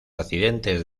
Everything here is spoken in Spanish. accidentes